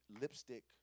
lipstick